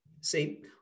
See